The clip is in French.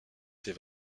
ses